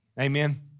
amen